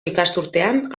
ikasturtean